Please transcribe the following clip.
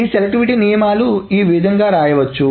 ఈ సెలెక్టివిటీ నియమాలు ఈ విధముగా రాయవచ్చు